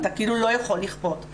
אתה כאילו לא יכול לכפות.